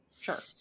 Sure